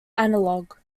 analog